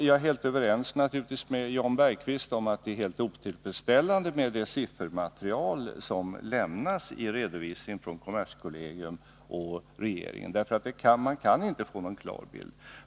Jag är naturligtvis överens med Jan Bergqvist om att det siffermaterial som lämnas i redovisningen från kommerskollegium och regeringen är helt otillfredsställande, för man kan inte få någon klar bild.